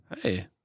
Hey